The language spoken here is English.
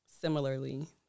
similarly